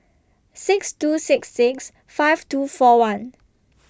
six two six six five two four one